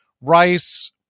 Rice